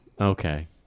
Okay